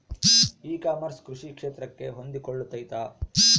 E commerce ಕೃಷಿ ಕ್ಷೇತ್ರಕ್ಕೆ ಹೊಂದಿಕೊಳ್ತೈತಾ?